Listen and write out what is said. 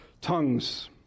tongues